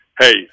hey